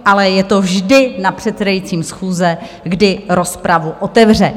Ale je to vždy na předsedajícím schůze, kdy rozpravu otevře.